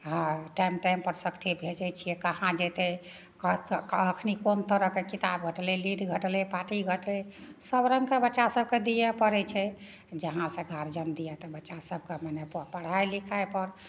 हँ टाइम टाइमपर सबचीज भेजै छियै कहाँ जेतै कष्ट तऽ अखनी कोन तरहके किताब घटलै लीड घटलै पाटी घटतै सब रङ्गके बच्चा सबके दियए पड़ै छै जहाँ सए गार्जन दिए तऽ बच्चा सब तऽ मने पढ़ाइ लिखाइ पर